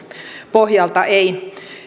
pohjalta ei